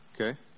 Okay